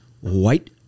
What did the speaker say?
white